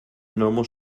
normal